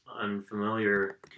unfamiliar